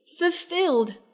fulfilled